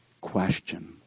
question